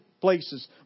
places